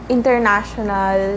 International